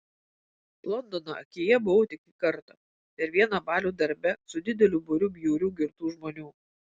londono akyje buvau tik kartą per vieną balių darbe su dideliu būriu bjaurių girtų žmonių